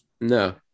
No